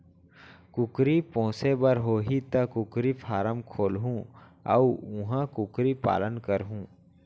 कुकरी पोसे बर होही त कुकरी फारम खोलहूं अउ उहॉं कुकरी पालन करहूँ